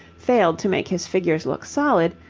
failed to make his figures look solid,